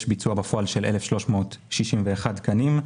יש ביצוע בפועל של 1,361 תקנים,